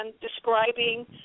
describing